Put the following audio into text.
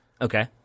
Okay